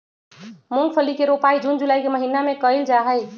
मूंगफली के रोपाई जून जुलाई के महीना में कइल जाहई